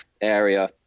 area